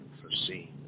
foreseen